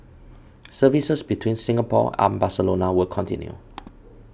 services between Singapore and Barcelona will continue